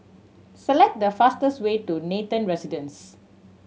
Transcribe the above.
select the fastest way to Nathan Residence